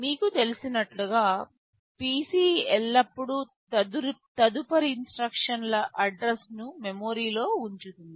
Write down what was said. మీకు తెలిసినట్లుగా PC ఎల్లప్పుడూ తదుపరి ఇన్స్ట్రక్షన్ ల అడ్రస్ ను మెమరీలో ఉంచుతుంది